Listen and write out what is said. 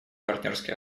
партнерские